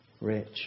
rich